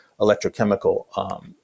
electrochemical